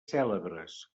cèlebres